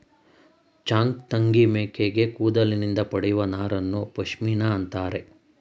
ಚಾಂಗ್ತಂಗಿ ಮೇಕೆ ಕೂದಲಿನಿಂದ ಪಡೆಯುವ ನಾರನ್ನು ಪಶ್ಮಿನಾ ಅಂತರೆ